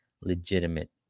legitimate